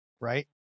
right